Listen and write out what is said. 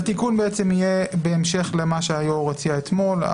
אז התיקון בעצם יהיה בהמשך למה שהיו"ר הציע אתמול.